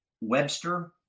webster